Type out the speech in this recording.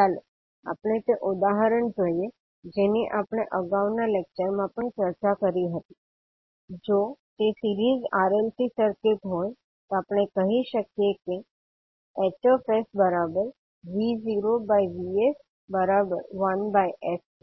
ચાલો આપણે તે ઉદાહરણ જોઈએ જેની આપણે અગાઉના લેક્ચર માં પણ ચર્ચા કરી હતી જો તે સિરીઝ RLC સર્કિટ હોય તો આપણે કહી શકીએ કે Hs V0Vs 1sCRLs1sC